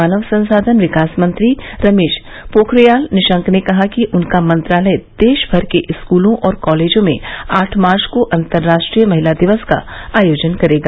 मानव संसाधन विकास मंत्री रमेश पोखरियाल निशंक ने कहा कि उनका मंत्रालय देशभर के स्कूलों और कॉलेजों में आठ मार्च को अंतराष्ट्रीय महिला दिवस का आयोजन करेगा